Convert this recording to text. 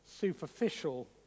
superficial